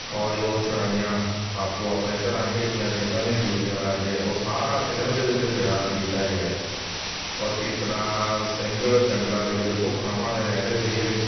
ਫੌਜ ਕੋਲੋਂ ਛੁਡਾਈਆਂ ਆਪੋ ਆਪਣੇ ਘਰਾਂ ਭੇਜੀਆਂ ਸਿੰਘਾਂ ਦੀਆਂ ਡਿਊਟੀਆਂ ਲਾ ਕੇ ਉਹ ਸਾਰਾ ਫਿਲਮ ਦੇ ਵਿੱਚ ਬਿਆਨ ਕੀਤਾ ਗਿਆ ਔਰ ਕਿਸ ਤਰ੍ਹਾਂ ਸਿੰਘ ਜੰਗਲਾਂ ਦੇ ਵਿੱਚ ਭੁੱਖਣ ਭਾਣੇ ਰਹਿੰਦੇ ਸੀਗੇ